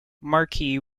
markey